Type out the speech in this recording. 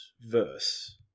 verse